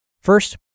First